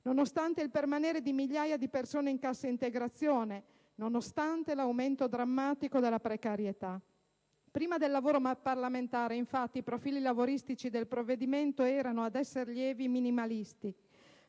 nonostante il permanere di migliaia di persone in cassa integrazione, nonostante l'aumento drammatico della precarietà. Prima del lavoro parlamentare, infatti, i profili lavoristici del provvedimento erano, ad esser lievi, minimalisti: